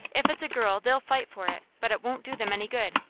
if it's a girl, they'll fight for it but it won't do them any good.